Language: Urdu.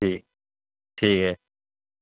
ٹھیک ٹھیک ہے